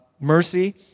mercy